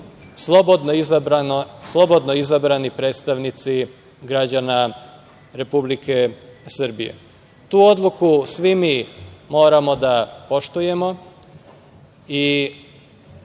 slobodno izabrani predstavnici građana Republike Srbije. Tu odluku svi mi moramo da poštujemo i